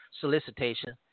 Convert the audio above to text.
Solicitation